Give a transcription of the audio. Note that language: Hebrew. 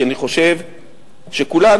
כי אני חושב שכולנו,